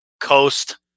Coast